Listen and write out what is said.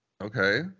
Okay